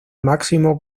máximo